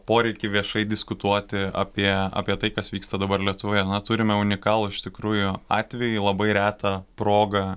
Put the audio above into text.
poreikį viešai diskutuoti apie apie tai kas vyksta dabar lietuvoje na turime unikalų iš tikrųjų atvejį labai retą progą